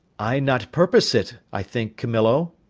i not purpose it. i think camillo?